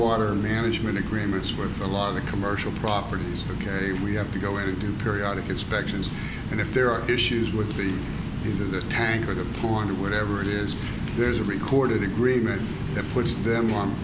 water management agreements worth a lot of the commercial properties ok we have to go in to do periodic inspections and if there are issues with the new the tank or the corner where ever it is there's a recorded agreement that puts them